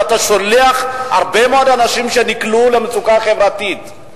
שאתה שולח הרבה מאוד אנשים שנקלעו למצוקה חברתית,